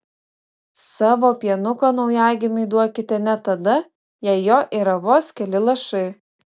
savo pienuko naujagimiui duokite net tada jei jo yra vos keli lašai